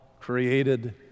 created